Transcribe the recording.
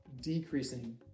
decreasing